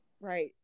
right